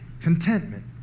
contentment